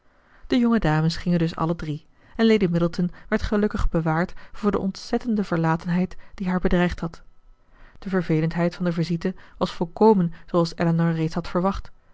de jonge dames gingen dus alle drie en lady middleton werd gelukkig bewaard voor de ontzettende verlatenheid die haar bedreigd had de vervelendheid van de visite was volkomen zooals elinor reeds had verwacht